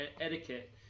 etiquette